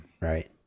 Right